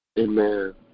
Amen